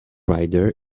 rider